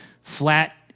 flat